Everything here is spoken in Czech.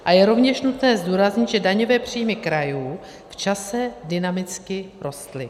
A je rovněž nutné zdůraznit, že daňové příjmy krajů v čase dynamicky rostly.